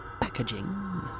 Packaging